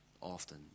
often